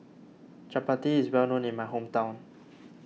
Chapati is well known in my hometown